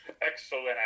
Excellent